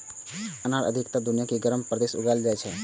अनार अधिकतर दुनिया के गर्म प्रदेश मे उगाएल जाइ छै